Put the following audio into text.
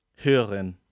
Hören